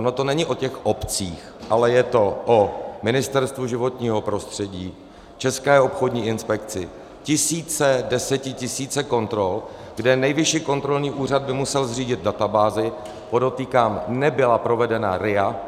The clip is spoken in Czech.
Ono to není o těch obcích, ale je to o Ministerstvu životního prostředí, České obchodní inspekci, tisíce, desetitisíce kontrol, kde Nejvyšší kontrolní úřad by musel zřídit databázi podotýkám, nebyla provedena RIA.